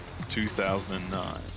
2009